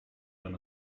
than